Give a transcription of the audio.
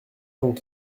donc